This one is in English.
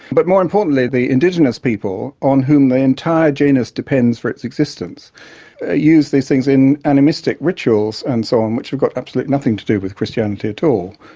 but more importantly the indigenous people on whom the entire genus depends for its existence ah use these things in animistic rituals and so on, which have got absolutely nothing to do with christianity at all,